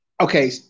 okay